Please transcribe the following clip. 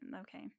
Okay